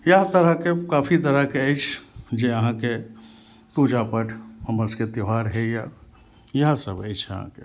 इएह तरहके काफी तरहके अछि जे अहाँके पूजा पाठ हमर सभके त्यौहार होइये यैह सभ अइछ अहाँके